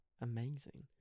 amazing